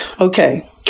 okay